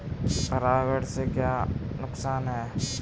परागण से क्या क्या नुकसान हैं?